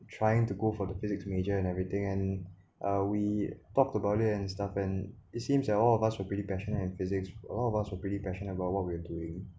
trying to go for the physics major and everything and uh we talked about it and stuff and it seems like all of us were pretty passionate in physics all of us were pretty passionate about what we're doing